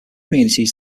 communities